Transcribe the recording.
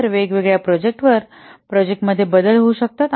तर वेगवेगळ्या प्रोजेक्टांवर प्रोजेक्टांमध्ये बदल होऊ शकतात